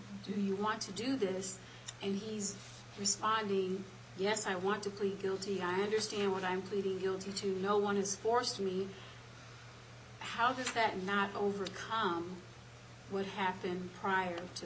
do you want to do this and he's responding yes i want to plead guilty i understand what i'm pleading guilty to no one is forcing me how does that not overcome what happened prior to